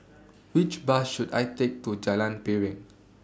Which Bus should I Take to Jalan Piring